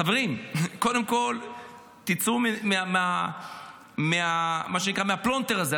חברים, קודם כול תצאו ממה שנקרא הפלונטר הזה.